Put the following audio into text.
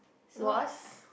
so I I